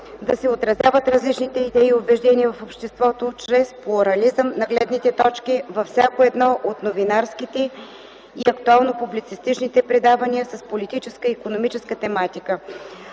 да се отразяват различните идеи и убеждения в обществото чрез плурализъм на гледните точки във всяко едно от новинарските и актуално-публицистичните предавания с политическа и икономическа тематика.